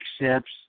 accepts